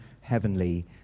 heavenly